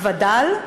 הווד"ל,